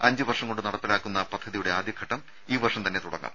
അഞ്ചുവർഷം കൊണ്ട് നടപ്പാക്കുന്ന പരിപാടിയുടെ ആദ്യഘട്ടം ഈ വർഷം തന്നെ തുടങ്ങും